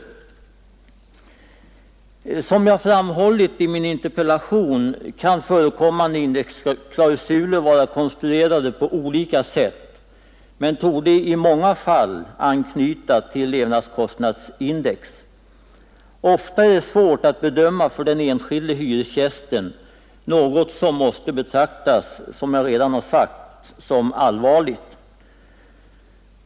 Som jag framhållit i min interpellation kan förekommande indexklausuler vara konstruerade på olika sätt, men de torde i många fall anknyta till levnadskostnadsindex. Ofta är de svåra att bedöma för den enskilde hyresgästen vilket, som jag redan sagt, måste betraktas som allvarligt.